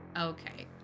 Okay